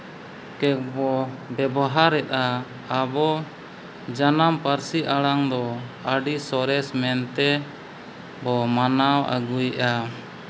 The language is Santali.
ᱛᱮᱵᱚ ᱵᱮᱵᱚᱦᱟᱨᱮᱫᱼᱟ ᱟᱵᱚ ᱡᱟᱱᱟᱢ ᱯᱟᱹᱨᱥᱤ ᱟᱲᱟᱝ ᱫᱚ ᱟᱹᱰᱤ ᱥᱚᱨᱮᱥ ᱢᱮᱱᱛᱮ ᱵᱚ ᱢᱟᱱᱟᱣ ᱟᱹᱜᱩᱭᱮᱫᱼᱟ